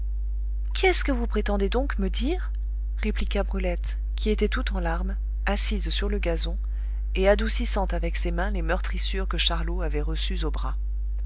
qu'est-ce que vous prétendez donc me dire répliqua brulette qui était tout en larmes assise sur le gazon et adoucissant avec ses mains les meurtrissures que charlot avait reçues aux bras